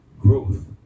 growth